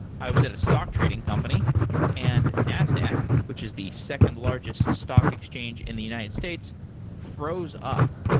i was at a stock trading company and nasdaq, which is the second largest stock exchange in the united states froze up.